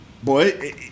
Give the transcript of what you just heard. Boy